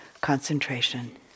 concentration